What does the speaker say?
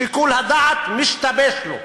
שיקול הדעת משתבש לו.